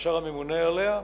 כשר הממונה עליה,